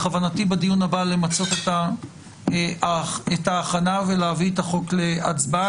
בכוונתי בדיון הבא למצות את ההכנה ולהביא את החוק להצבעה.